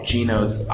Gino's